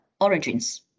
origins